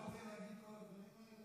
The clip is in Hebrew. אתה בטוח רוצה להגיד את כל הדברים האלה?